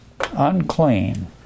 Unclean